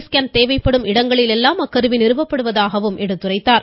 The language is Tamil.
ஸ்கேன் தேவைப்படும் இடங்களில் எல்லாம் அக்கருவி நிறுவப்படுவதாகவும் எடுத்துரைத்தார்